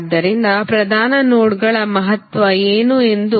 ಆದ್ದರಿಂದ ಪ್ರಧಾನ ನೋಡ್ಗಳ ಮಹತ್ವ ಏನು ಎಂದು ನೋಡೋಣ